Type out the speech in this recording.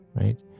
right